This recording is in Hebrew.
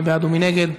מי בעד ומי נגד?